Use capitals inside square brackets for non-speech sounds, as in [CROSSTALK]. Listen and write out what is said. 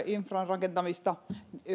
[UNINTELLIGIBLE] infran rakentamista